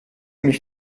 mich